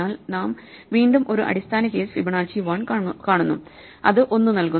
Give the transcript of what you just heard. എന്നാൽ നാം വീണ്ടും ഒരു അടിസ്ഥാന കേസ് ഫിബനാച്ചി 1 കാണുന്നു അത് 1 നൽകുന്നു